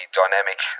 dynamic